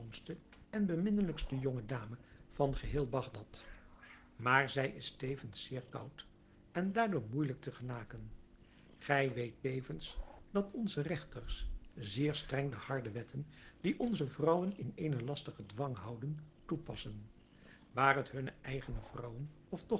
en beminnelijkste jonge dame van geheel bagdad maar zij is tevens zeer koud en daardoor moeijelijk te genaken gij weet tevens dat onze regters zeer streng de harde wetten die onze vrouwen in eenen lastigen dwang houden toepassen waar het hunne eigene vrouwen of